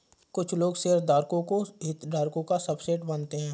कुछ लोग शेयरधारकों को हितधारकों का सबसेट मानते हैं